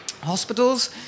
hospitals